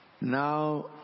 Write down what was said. Now